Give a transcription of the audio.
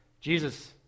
Jesus